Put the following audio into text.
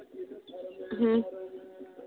ᱦᱮᱸ